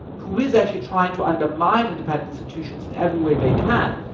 who is actually trying to undermine independent institutions in every way they can,